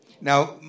now